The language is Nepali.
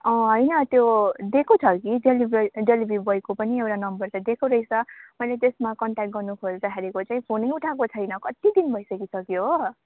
अँ होइन त्यो दिएको छ कि डेलिबर डेलिभरी बोयको पनि एउटा नम्बर दिएको रहेछ मैले त्यसमा कन्ट्याक गर्नु खेज्दाखेरिको चाहिँ फोनै उठाएको छैन कति दिन भइ सकिसक्यो हो